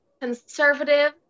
conservative